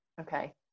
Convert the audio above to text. Okay